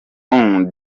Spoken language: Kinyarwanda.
onze